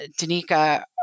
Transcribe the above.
Danica